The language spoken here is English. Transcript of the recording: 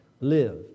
live